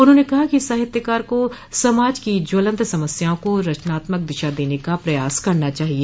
उन्होंने कहा कि साहित्यकार का समाज की ज्वलंत समस्याओं को रचनात्मक दिशा देने का प्रयास करना चाहिए